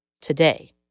Today